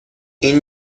این